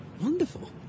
Wonderful